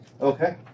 Okay